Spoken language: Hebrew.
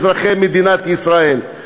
אזרחי מדינת ישראל?